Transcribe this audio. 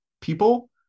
people